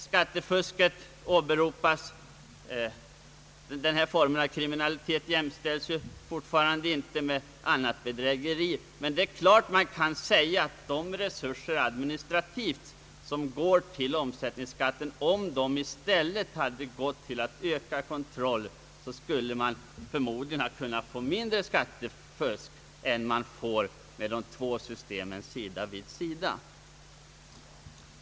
Skattefusket åberopas. Denna form av kriminalitet jämställs ju fortfarande inte med annat bedrägeri. i Men det är klart att om de admihistrativa resurser som går till att sköta omsättningsskatten i stället hade gått till att öka kontrollen kring direkt skatt, så skulle man förmodligen ha fått mindre: skattefusk än man får med de två systemen sida vid sida.